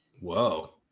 Whoa